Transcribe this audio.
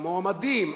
למועמדים,